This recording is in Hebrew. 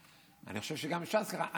אני חושב שגם ש"ס ככה.